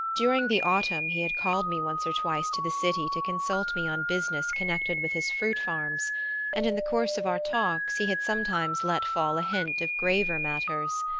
during the autumn he had called me once or twice to the city to consult me on business connected with his fruit-farms and in the course of our talks he had sometimes let fall a hint of graver matters.